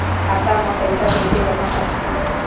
खाता म पईसा कइसे जमा करथे?